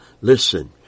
listen